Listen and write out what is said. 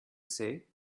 say